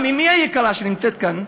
גם אמי היקרה, שנמצאת כאן,